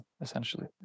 essentially